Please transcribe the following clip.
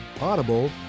Audible